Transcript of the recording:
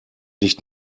nicht